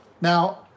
now